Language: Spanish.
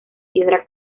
piedra